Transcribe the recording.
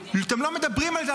אתם לא מדברים על זה,